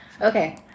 okay